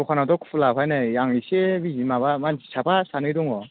दखानाथ' खुला ओमफ्राय नै आं इसे बिजि माबा मानसि साफा सानै दङ